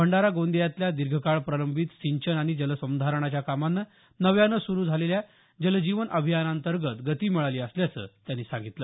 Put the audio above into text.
भंडारा गोदिंयातल्या दीर्घकाळ प्रलंबित सिंचन आणि जल संधारणाच्या कामांना नव्यानं सुरु झालेल्या जलजीवन अभियानाअंतर्गत गती मिळाली असल्याचं त्यांनी सांगितलं